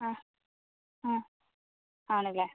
ആ ആ ആണല്ലേ